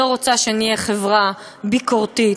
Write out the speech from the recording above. לא רוצה שנהיה חברה ביקורתית,